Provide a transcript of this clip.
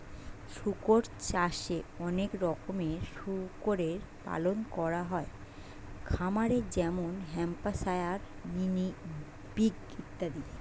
শুকর চাষে অনেক রকমের শুকরের পালন করা হয় খামারে যেমন হ্যাম্পশায়ার, মিনি পিগ ইত্যাদি